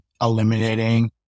eliminating